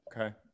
Okay